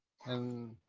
and